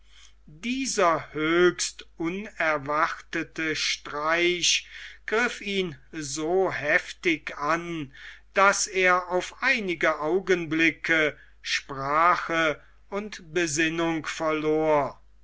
dieser höchst unerwartete streich griff ihn so heftig an daß er auf einige augenblicke sprache und besinnung verlor